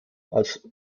als